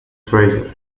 treasurer